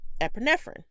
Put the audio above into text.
epinephrine